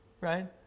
right